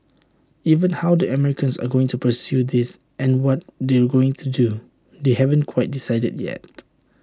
even how the Americans are going to pursue this and what they're going to do they haven't quite decided yet